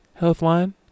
Healthline